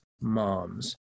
Moms